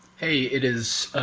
hey, it is